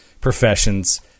professions